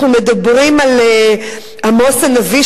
אנחנו מדברים על עמוס הנביא,